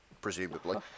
presumably